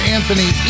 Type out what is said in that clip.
Anthony